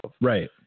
Right